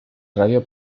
radio